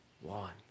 one